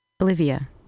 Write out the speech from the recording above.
Olivia